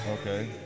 Okay